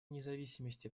независимости